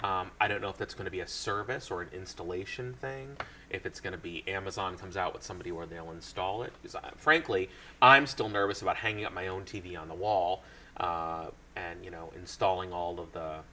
i don't know if that's going to be a service or installation thing if it's going to be amazon comes out with somebody or they'll install it is frankly i'm still nervous about hanging up my own t v on the wall and you know installing all of the